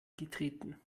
getreten